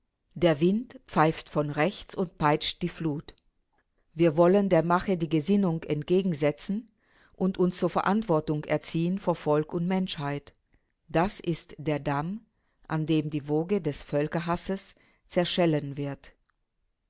der wind pfeift von rechts und peitscht die flut wir wollen der mache die gesinnung entgegensetzen und uns zur verantwortung erziehen vor volk und menschheit das ist der damm an dem die woge des völkerhasses zerschellen wird